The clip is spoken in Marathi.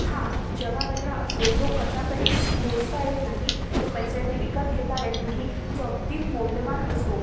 हा जगावेगळा असतो जो कशातही मोजता येत नाही जो पैशांनी विकत घेता येत नाही जो अगदी मौल्यवान असतो